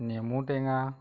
নেমু টেঙা